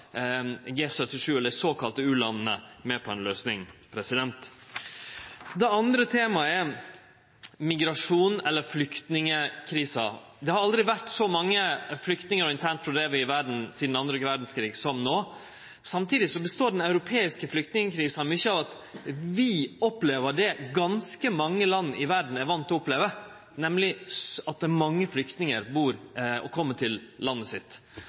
med på ei løysing. Det andre temaet er migrasjon, eller flyktningkrisa. Det har aldri vore så mange flyktningar og internt fordrivne i verda sidan den andre verdskrigen som no. Samtidig består den europeiske flyktningkrisa mykje av at vi opplever det ganske mange land i verda er vane med å oppleve, nemleg at mange flyktningar kjem til landet